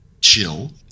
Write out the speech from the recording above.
chill